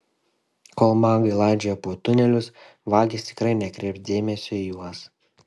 kol magai landžioja po tunelius vagys tikrai nekreips dėmesio į juos